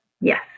Yes